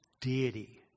deity